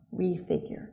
refigure